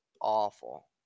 awful